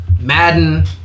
Madden